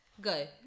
go